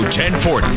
1040